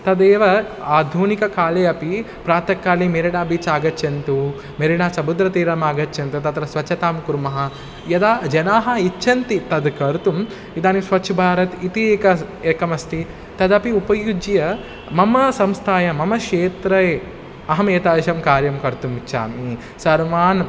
तदेव आधुनिककाले अपि प्रातःकाले मेरेना बीच् आगच्छन्तु मेरेना समुद्रतीरम् आगच्छन्तु तत्र स्वच्छतां कुर्मः यदा जनाः इच्छन्ति तद् कर्तुम् इदानीं स्वच्छ भारतम् इति एकम् एकम् अस्ति तदपि उपयुज्य मम संस्थायां मम क्षेत्रे अहम् एतादृशं कार्यं कर्तुम् इच्छामि सर्वान्